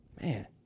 Man